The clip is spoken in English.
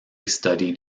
studied